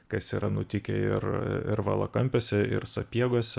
kas yra nutikę ir ir valakampiuose ir sapiegose